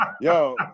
Yo